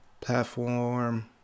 Platform